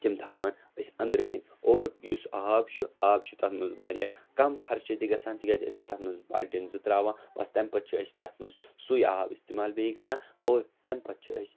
تِم تھاوان أسۍ أنٛدرٕ کَنۍ اور یُس آب چھِ آب چھِ تَتھ منٛز واریاہ کَم خَرچہِ تہِ گَژھان تِکیٛازِ أسۍ چھِ تَتھ منٛز بالٹیٖن زٕ ترٛاوان بَس تَمہِ پَتہٕ چھِ أسۍ تَتھ منٛز سُے آب اِستعمال بیٚیہِ کَران اور تَمہِ پَتہٕ چھِ أسۍ